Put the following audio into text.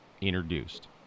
introduced